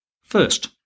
First